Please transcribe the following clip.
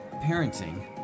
Parenting